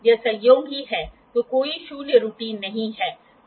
यह संयोग ही है तो कोई शून्य त्रुटि नहीं है